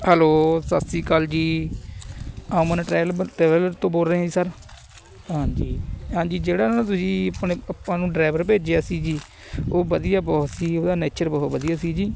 hello Sat Sri Akal ji Aman traveller traveller ਤੋਂ ਬੋਲ ਰਹੇ ਹੈ ਸਰ ਹਾਂਜੀ ਹਾਂਜੀ ਜਿਹੜਾ ਨਾ ਤੁਸੀਂ ਆਪਣੇ ਆਪਾਂ ਨੂੰ ਡਰਾਈਵਰ ਭੇਜਿਆ ਸੀ ਜੀ ਉਹ ਵਧੀਆ ਬਹੁਤ ਸੀ ਉਹਦਾ ਨੇਚਰ ਬਹੁਤ ਵਧੀਆ ਸੀ ਜੀ